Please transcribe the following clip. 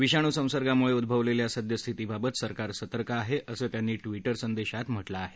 विषाणू संसर्गामुळे उझवलेल्या सद्यस्थितीबाबतसरकार सतर्क आहे असं त्यांनी ट्विटर संदेशात म्हटलं आहे